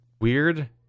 Weird